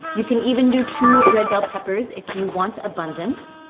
you can even do two red bell peppers if you want abundance.